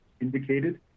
indicated